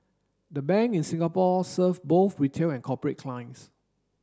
the Bank in Singapore serve both retail and corporate clients